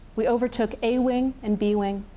we overtook a wing and b wing.